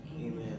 Amen